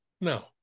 No